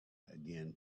again